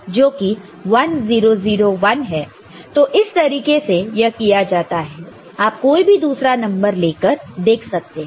तो इस तरीके से यह किया जाता है आप कोई भी दूसरा नंबर ले कर देख सकते हैं